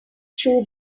through